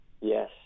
Yes